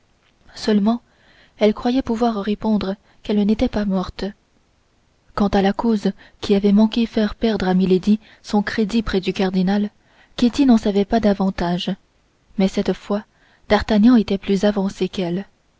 seulement elle croyait pouvoir répondre qu'elle n'était pas morte quant à la cause qui avait manqué faire perdre à milady son crédit près du cardinal ketty n'en savait pas davantage mais cette fois d'artagnan était plus avancé qu'elle